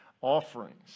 offerings